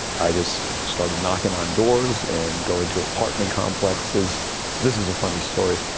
i just started knocking on doors and go into apartment complexes this is a funny story.